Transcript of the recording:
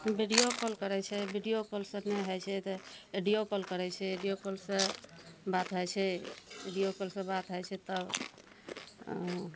video call करै छै video call से नहि होइ छै तऽ एडियो कॉल करै छै एडियो कॉल सऽ बात होइ छै एडियो कॉल सऽ बात हो जाइ छै तब अँ